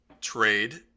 trade